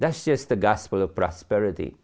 that's just the gospel of prosperity